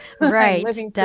Right